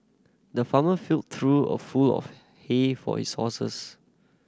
the farmer filled trough of full of hay for his horses